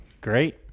Great